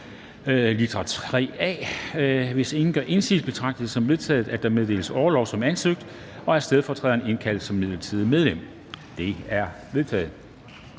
litra a. Hvis ingen gør indsigelse, betragter jeg det som vedtaget, at der meddeles orlov som ansøgt, og at stedfortræderen indkaldes som midlertidigt medlem. Det er vedtaget.